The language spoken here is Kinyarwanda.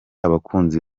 abakunzi